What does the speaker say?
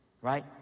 right